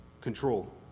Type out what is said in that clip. control